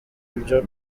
ibyo